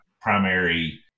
primary